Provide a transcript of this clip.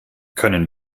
können